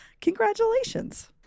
congratulations